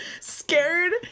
scared